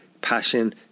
passion